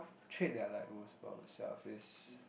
trait that I like most about myself is